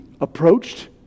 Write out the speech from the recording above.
approached